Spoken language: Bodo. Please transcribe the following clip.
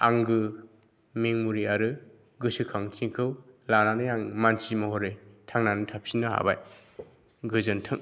आंगो मेम'रि आरो गोसोखांथिखौ लानानै आं मानसि महरै थांनानै थाफिननो हाबाय गोजोन्थों